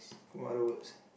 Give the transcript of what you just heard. what other words